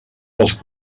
dels